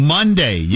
Monday